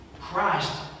Christ